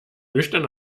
nüchtern